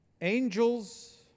angels